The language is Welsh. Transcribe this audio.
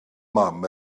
mam